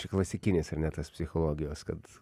čia klasikinis ar ne tas psichologijos kad